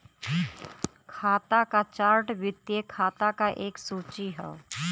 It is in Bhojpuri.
खाता क चार्ट वित्तीय खाता क एक सूची हौ